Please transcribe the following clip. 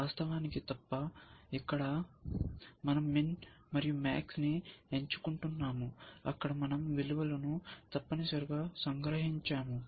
వాస్తవానికి తప్ప ఇక్కడ మనం MIN మరియు MAX ని ఎంచుకుంటున్నాము అక్కడ మనం విలువలను తప్పనిసరిగా సంగ్రహించాము